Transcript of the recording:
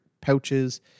pouches